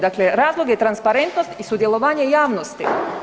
Dakle, razlog je transparentnost i sudjelovanje javnosti.